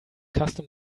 custom